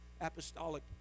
apostolic